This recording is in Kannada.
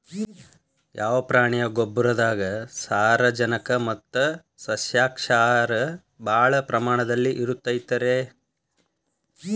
ಯಾವ ಪ್ರಾಣಿಯ ಗೊಬ್ಬರದಾಗ ಸಾರಜನಕ ಮತ್ತ ಸಸ್ಯಕ್ಷಾರ ಭಾಳ ಪ್ರಮಾಣದಲ್ಲಿ ಇರುತೈತರೇ?